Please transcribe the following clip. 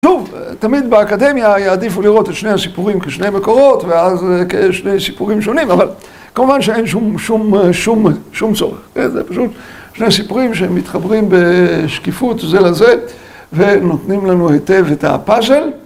שוב, תמיד באקדמיה יעדיפו לראות את שני הסיפורים כשני מקורות ואז כשני סיפורים שונים, אבל כמובן שאין שום צורך, זה פשוט שני סיפורים שמתחברים בשקיפות זה לזה ונותנים לנו היטב את הפאזל.